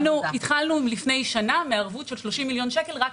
התחלנו לפני שנה מערבות של 30 מיליון שקל רק